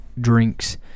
drinks